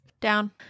down